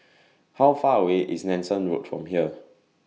How Far away IS Nanson Road from here